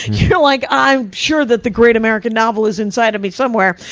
you're like i'm sure that the great american novel is inside of me somewhere.